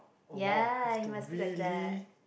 yeah you must speak like that